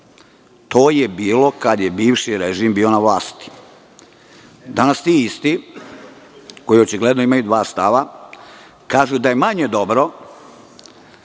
To je bilo kada je bivši režim bio na vlasti. Danas ti isti, koji očigledno imaju dva stava, kažu da je manje dobro